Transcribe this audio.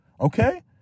okay